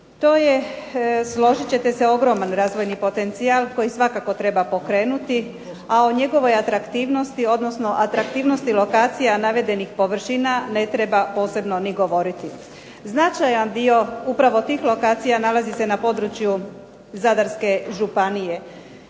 To je, složit ćete se, ogroman razvojni potencijal koji svakako treba pokrenuti, a o njegovoj atraktivnosti, odnosno atraktivnosti lokacija navedenih površina ne treba posebno ni govoriti. Značajan dio, upravo tih lokacija, nalazi se na području zadarske županije.